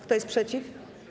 Kto jest przeciw?